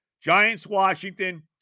Giants-Washington